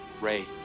Ray